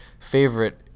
favorite